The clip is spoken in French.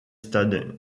stade